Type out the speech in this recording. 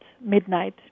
midnight